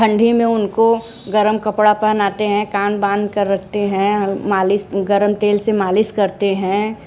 ठंडी में उनको गर्म कपड़ा पहनते हैं कान बंद कर रखते हैं मालिश गर्म तेल से मालिश करते हैं